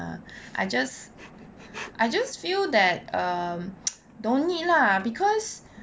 I just I just feel that um don't need lah because